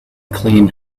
clean